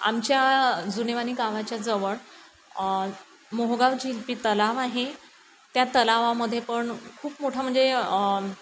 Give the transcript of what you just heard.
आमच्या जुनेवणी गावाच्या जवळ मोहोगाव जिलपी तलाव आहे त्या तलावामध्ये पण खूप मोठा म्हणजे